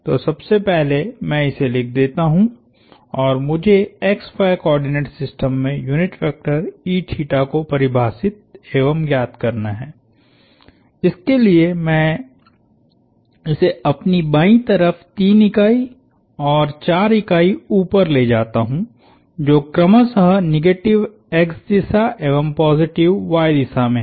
तो सबसे पहले मैं इसे लिख देता हु और मुझे XY कोआर्डिनेट सिस्टम में यूनिट वेक्टर को परिभाषित एवं ज्ञात करना है इसके लिए मैं इसे अपनी बाईं तरफ 3 इकाईऔर 4 इकाई ऊपर ले जाता हु जो क्रमशः निगेटिव X दिशा एवं पॉजिटिव y दिशा में है